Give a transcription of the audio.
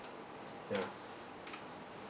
ya